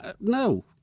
no